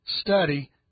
study